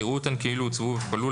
יראו אותן כאילו הוצבו והופעלו,